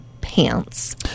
pants